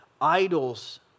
idols